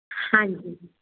ਹਾਂਜੀ